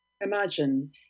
Imagine